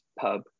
pub